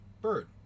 bird